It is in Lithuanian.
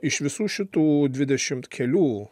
iš visų šitų dvidešimt kelių